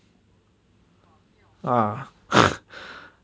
ah